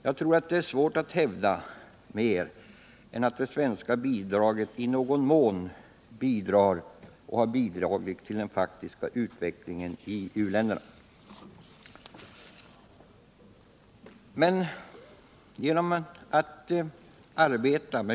Jag tror att det är svårt att hävda mer än att det svenska biståndet i någon mån har bidragit till den faktiska utvecklingen i u-länderna.